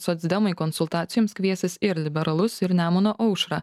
socdemai konsultacijoms kviesis ir liberalus ir nemuno aušrą